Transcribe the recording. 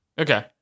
Okay